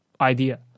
idea